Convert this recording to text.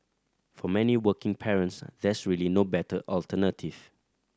for many working parents there's really no better alternative